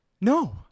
No